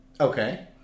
Okay